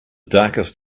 darkest